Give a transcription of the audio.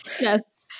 Yes